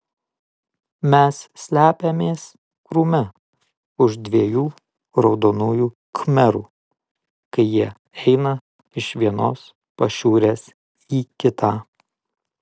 mes slepiamės krūme už dviejų raudonųjų khmerų kai jie eina iš vienos pašiūrės į kitą